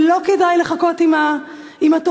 ולא כדאי לחכות עם התוכנית.